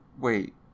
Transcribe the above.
Wait